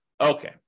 Okay